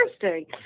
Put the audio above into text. interesting